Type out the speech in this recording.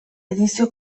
edizio